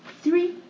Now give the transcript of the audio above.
Three